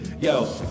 Yo